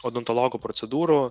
odontologo procedūrų